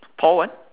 paul what